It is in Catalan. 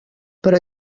però